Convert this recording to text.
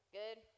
good